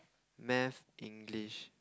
math English